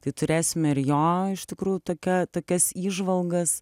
tai turėsime ir jo iš tikrųjų tokia tokias įžvalgas